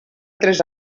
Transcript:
tres